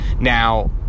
now